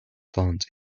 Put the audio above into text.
plant